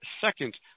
second